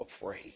afraid